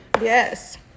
Yes